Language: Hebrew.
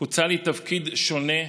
הוצע לי תפקיד שונה,